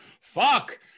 Fuck